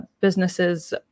businesses